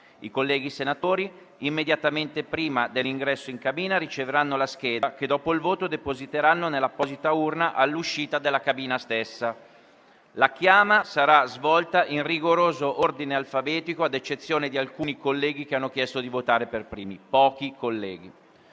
I colleghi senatori immediatamente prima dell'ingresso in cabina riceveranno la scheda che dopo il voto depositeranno nell'apposita urna all'uscita della cabina stessa. La chiama sarà svolta in rigoroso ordine alfabetico ad eccezione di alcuni pochi colleghi che hanno chiesto di votare per primi. Dichiaro